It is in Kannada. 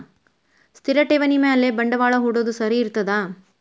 ಸ್ಥಿರ ಠೇವಣಿ ಮ್ಯಾಲೆ ಬಂಡವಾಳಾ ಹೂಡೋದು ಸರಿ ಇರ್ತದಾ?